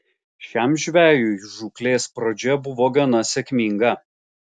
šiam žvejui žūklės pradžia buvo gana sėkminga